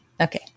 Okay